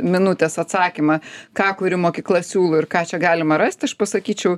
minutės atsakymą ką kuri mokykla siūlo ir ką čia galima rasti aš pasakyčiau